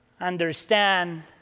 understand